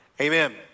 amen